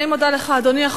אני מודה לך, אדוני.